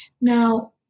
Now